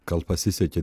gal pasisekė